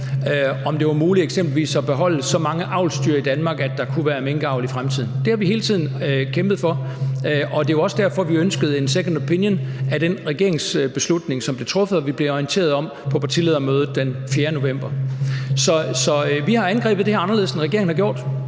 om det var muligt eksempelvis at beholde så mange avlsdyr i Danmark, at der kunne være minkavl i fremtiden. Det har vi hele tiden kæmpet for. Det er jo også derfor, at vi ønskede en second opinion af den regeringsbeslutning, som blev truffet, og som vi blev orienteret om på partiledermødet den 4. november. Så vi har angrebet det her anderledes, end regeringen har gjort.